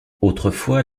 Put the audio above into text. autrefois